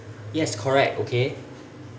yes correct okay